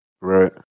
right